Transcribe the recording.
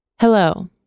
Hello